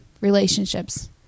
relationships